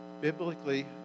Biblically